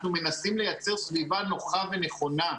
אנחנו מנסים לייצר סביבה נוחה ונכונה.